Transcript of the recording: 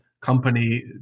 company